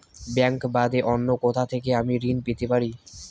Bank বাদে অন্য কোথা থেকে আমি ঋন পেতে পারি?